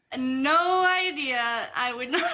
ah no idea, i wouldn't